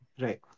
Right